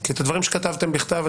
כי את הדברים שכתבתם בכתב,